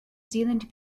zealand